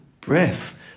breath